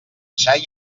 xai